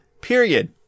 period